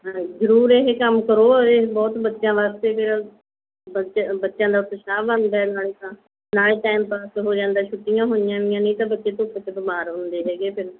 ਹਾਂਜੀ ਜ਼ਰੂਰ ਇਹ ਕੰਮ ਕਰੋ ਇਹ ਬਹੁਤ ਬੱਚਿਆਂ ਵਾਸਤੇ ਫਿਰ ਬੱਚ ਬੱਚਿਆਂ ਦਾ ਉਤਸ਼ਾਹ ਬਣਦਾ ਹੈ ਨਾਲੇ ਤਾਂ ਨਾਲੇ ਟੈਮ ਪਾਸ ਹੋ ਜਾਂਦਾ ਹੈ ਛੁੱਟੀਆਂ ਹੋਈਆਂ ਵੀਆਂ ਨਹੀਂ ਤਾਂ ਬੱਚੇ ਧੁੱਪ 'ਚ ਬਿਮਾਰ ਹੁੰਦੇ ਹੈਗੇ ਫਿਰ